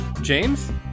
James